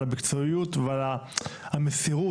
על המקצועיות ועל המסירות.